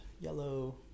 yellow